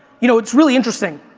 you know it's really interesting,